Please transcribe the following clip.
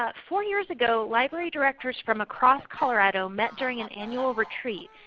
ah four years ago library directors from across colorado met during an annual retreat.